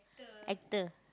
actor